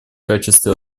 качестве